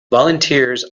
volunteers